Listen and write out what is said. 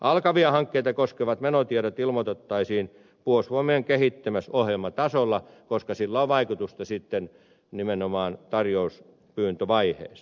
alkavia hankkeita koskevat menotiedot ilmoitettaisiin puolustusvoimien kehittämisohjelmatasolla koska sillä on vaikutusta nimenomaan tarjouspyyntövaiheessa